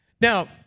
Now